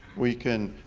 we can